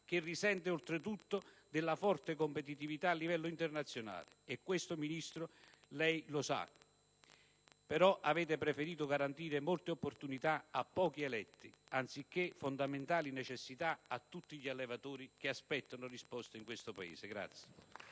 che risente oltretutto della forte competitività a livello internazionale. Questo, Ministro, lei lo sa, ma avete preferito garantire molte opportunità a pochi eletti, anziché fondamentali necessità a tutti gli allevatori che in questo Paese